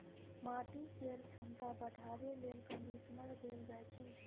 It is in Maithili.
माटि केर छमता बढ़ाबे लेल कंडीशनर देल जाइ छै